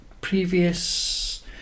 previous